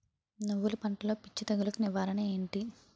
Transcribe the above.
నువ్వులు పంటలో పిచ్చి తెగులకి నివారణ ఏంటి?